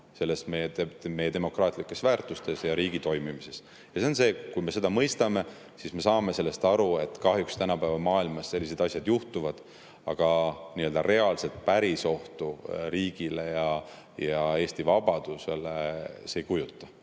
kahtlema meie demokraatlikes väärtustes ja riigi toimimises. Kui me seda mõistame, siis me saame aru, et kahjuks tänapäeva maailmas sellised asjad juhtuvad. Reaalset, päris ohtu riigile ja Eesti vabadusele see ei kujuta,